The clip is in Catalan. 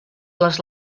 les